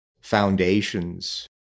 foundations